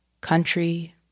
country